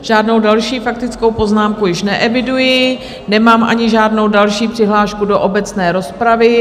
Žádnou další faktickou poznámku již neeviduji, nemám ani žádnou další přihlášku do obecné rozpravy.